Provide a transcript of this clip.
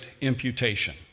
imputation